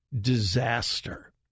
disaster